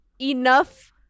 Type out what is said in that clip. enough